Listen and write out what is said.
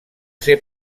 ser